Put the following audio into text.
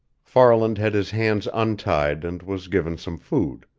farland had his hands untied and was given some food.